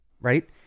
Right